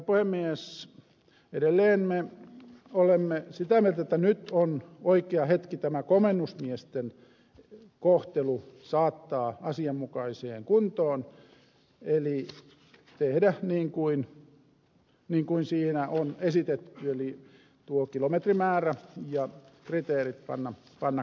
edelleen me olemme sitä mieltä että nyt on oikea hetki saattaa tämä komennusmiesten kohtelu asianmukaiseen kuntoon ja tehdä niin kuin siinä on esitetty eli panna tuo kilometrimäärä ja kriteerit kohdalleen